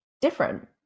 different